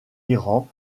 iran